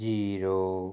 zero